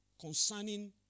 concerning